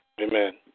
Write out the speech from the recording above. Amen